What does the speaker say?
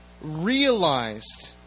realized